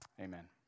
Amen